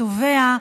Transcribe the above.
התובע,